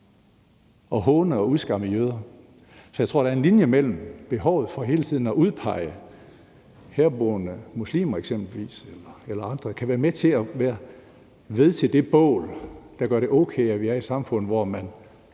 at håne og udskamme jøder. For jeg tror, at behovet for hele tiden at udpege eksempelvis herboende muslimer eller andre kan være med til at bære ved til det bål, der gør det okay, at vi er i et samfund, hvor man